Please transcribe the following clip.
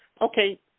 Okay